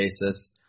basis